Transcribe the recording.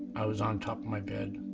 i was on top of my bed.